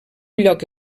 lloc